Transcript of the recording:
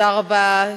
תודה רבה.